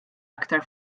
aktar